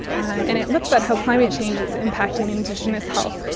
um and it looks at how climate change is impacting indigenous health,